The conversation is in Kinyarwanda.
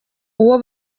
uwo